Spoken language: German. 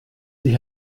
sie